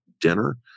dinner